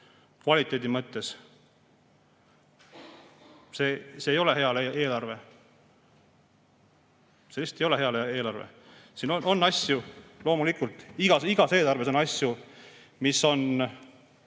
kvaliteedi mõttes. See ei ole hea eelarve. See lihtsalt ei ole hea eelarve. Loomulikult, igas eelarves on asju, mis on